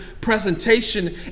presentation